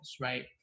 right